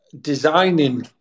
designing